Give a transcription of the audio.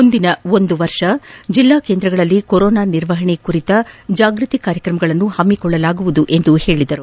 ಮುಂದಿನ ಒಂದು ವರ್ಷ ಜಿಲ್ಲಾ ಕೇಂದ್ರಗಳಲ್ಲಿ ಕೊರೋನಾ ನಿರ್ವಹಣೆ ಕುರಿತ ಜಾಗೃತಿ ಕಾರ್ಯಕ್ರಮಗಳನ್ನು ಹಮ್ನಿಕೊಳ್ಲಲಾಗುವುದು ಎಂದು ತಿಳಿಸಿದರು